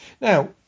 Now